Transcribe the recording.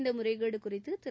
இந்த முறைகேடு குறித்து திரு